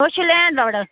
أسۍ چھِ لینٛڈ لاڈ حظ